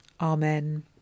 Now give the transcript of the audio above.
Amen